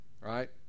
right